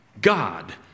God